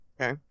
Okay